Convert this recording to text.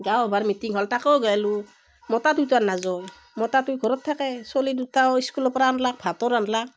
গাঁওসভাৰ meeting হ'ল তাকো গ'লো মতাটোই ত' ইতা নাযায় মতাটোই ঘৰত থাকে চলি দুটাও স্কুলৰ পৰা আনলাক ভাতো ৰান্ধলাক